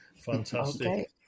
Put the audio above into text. fantastic